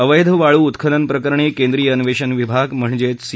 अवेध वाळू उत्खननप्रकरणी केंद्रीय अन्वेषण विभाग म्हणजेच सी